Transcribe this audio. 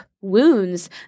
wounds